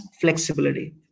flexibility